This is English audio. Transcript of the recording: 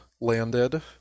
landed